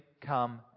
come